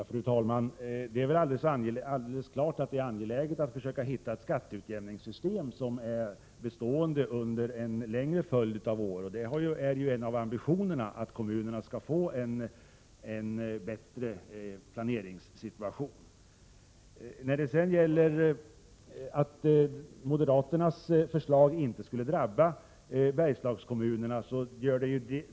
Fru talman! Det är alldeles klart att det är angeläget att försöka hitta ett skatteutjämningssystem som är bestående under en längre följd av år. En av ambitionerna är ju att kommunerna skall få en bättre planeringssituation. Moderaternas förslag skulle inte drabba Bergslagskommunerna, säger Anders Andersson, men det gör det ju.